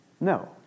No